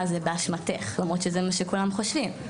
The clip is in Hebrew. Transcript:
זה באשמתך למרות שזה מה שכולם חושבים,